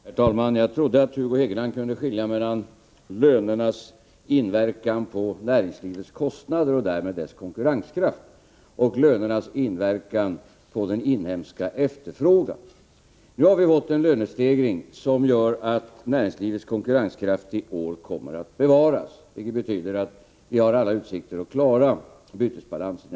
Herr talman! Jag trodde att Hugo Hegeland kunde skilja mellan lönernas inverkan på näringslivets kostnader och därmed dess konkurrenskraft och lönernas inverkan på den inhemska efterfrågan. Nu har vi fått en lönestegring som gör att näringslivets konkurrenskraft i år kommer att bevaras, vilket betyder att vi har alla utsikter att klara bytesbalansen.